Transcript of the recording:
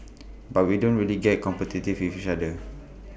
but we don't really get competitive with each other